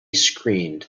screamed